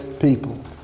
people